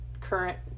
current